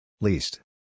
Least